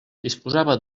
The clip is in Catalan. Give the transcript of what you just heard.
disposava